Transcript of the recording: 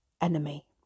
enemy